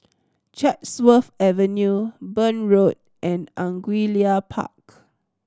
Chatsworth Avenue Burn Road and Angullia Park